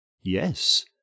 Yes